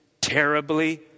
terribly